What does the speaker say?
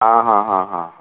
आ हा हा हा हा